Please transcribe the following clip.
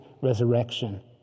resurrection